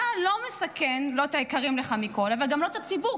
אתה לא מסכן את היקרים לך מכול אבל גם לא את הציבור.